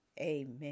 Amen